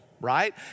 right